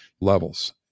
levels